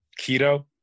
Keto